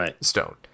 stone